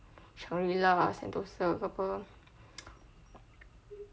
shangri la sentosa ke apa